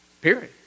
Period